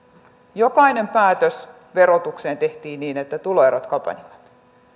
jokainen päätös verotukseen tehtiin niin että tuloerot kapenivat